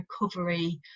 recovery